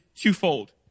twofold